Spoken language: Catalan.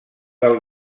del